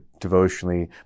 devotionally